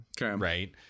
right